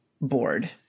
board